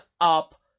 up